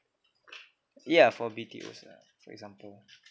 yeah for B_T_Os ah for example